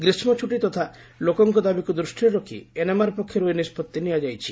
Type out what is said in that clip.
ଗ୍ରୀଷ୍ମ ଛୁଟି ତଥା ଲୋକଙ୍କ ଦାବିକୁ ଦୃଷ୍ଟିରେ ରଖି ଏନ୍ଏମ୍ଆର୍ ପକ୍ଷରୁ ଏହି ନିଷ୍ପଭି ନିଆଯାଇଛି